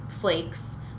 flakes